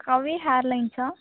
Kavi hair லைன்ஸா